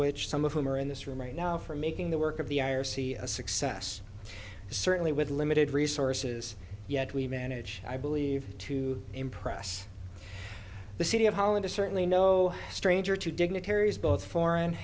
which some of whom are in this room right now for making the work of the i o c a success certainly with limited resources yet we manage i believe to impress the city of holland is certainly no stranger to dignitaries both foreign